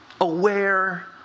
aware